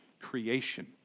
creation